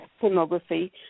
pornography